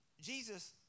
Jesus